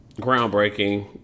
groundbreaking